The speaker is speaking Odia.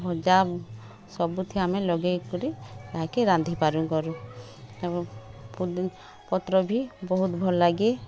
ଭଜା ସବୁଥି ଆମେ ଲଗେଇ କରି ତାହାକେଁ ରାନ୍ଧି ପାରୁ କରୁ ସବୁ ଏବଂ ପୁଦିନା ପତ୍ରଭି ବହୁତ୍ ଭଲ୍ ଲାଗି